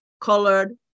colored